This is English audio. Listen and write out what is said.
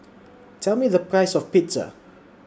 Tell Me The Price of Pizza